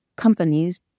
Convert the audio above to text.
Companies